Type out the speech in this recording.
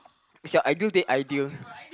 it's your ideal date ideal